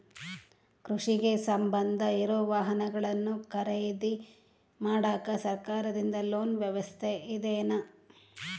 ಕೃಷಿಗೆ ಸಂಬಂಧ ಇರೊ ವಾಹನಗಳನ್ನು ಖರೇದಿ ಮಾಡಾಕ ಸರಕಾರದಿಂದ ಲೋನ್ ವ್ಯವಸ್ಥೆ ಇದೆನಾ?